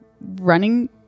running